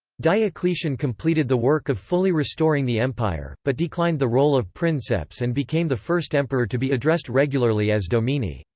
diocletian completed the work of fully restoring the empire, but declined the role of princeps and became the first emperor to be addressed regularly as domine,